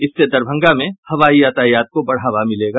इससे दरभंगा में हवाई यातायात को बढ़ावा मिलेगा